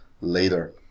later